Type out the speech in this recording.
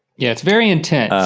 yeah, it's very intense.